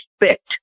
respect